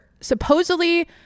supposedly